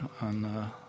on